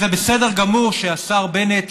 זה בסדר גמור שהשר בנט,